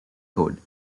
code